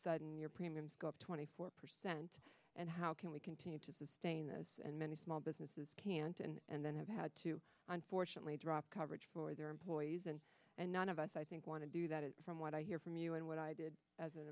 sudden your premiums go up twenty four percent and how can we continue to sustain this and many small businesses can't and then have had to unfortunately drop coverage for their employees and and none of us i think want to do that is from what i hear from you and what i did as an